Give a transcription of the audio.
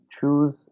choose